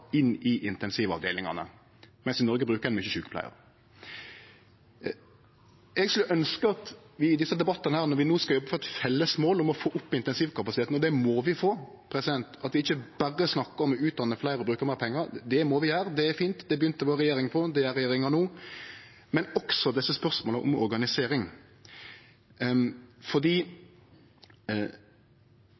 inn i intensivavdelingane, mens ein i Noreg brukar mykje sjukepleiarar. Eg skulle ønskje at vi i desse debattane, når vi no skal jobbe for eit felles mål om å få opp intensivkapasiteten – og det må vi få – at vi ikkje berre snakkar om å utdanne fleire og bruke meir pengar. Det må vi gjere, det er fint, det begynte vår regjering med, og det gjer regjeringa no. Men at vi også snakkar om desse spørsmåla om organisering,